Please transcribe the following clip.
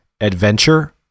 adventure